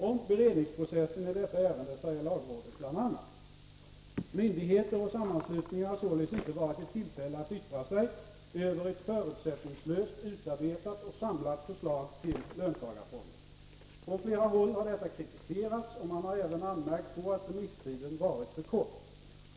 Om beredningsprocessen i detta ärende säger lagrådet bl.a.: ”Myndigheter och sammanslutningar har således inte varit i tillfälle att yttra sig över ett förutsättningslöst utarbetat och samlat förslag till löntagarfonder. Från flera håll har detta kritiserats och man har även anmärkt på att remisstiden varit för kort.